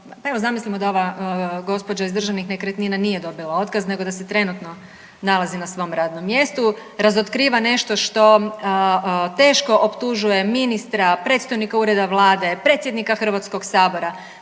evo zamislimo da ova gospođa iz Državnih nekretnina nije dobila otkaz nego da se trenutno nalazi na svom radnom mjestu, razotkriva nešto što teško optužuje ministra, predstojnika Ureda Vlade, predsjednika HS-a može